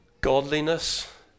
Godliness